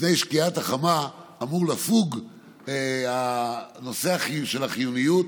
לפני שקיעת החמה, אמור לפוג נושא החיוניות,